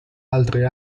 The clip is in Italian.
altre